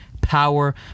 power